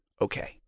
Okay